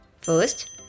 First